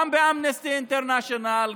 גם באמנסטי אינטרנשיונל,